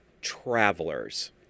travelers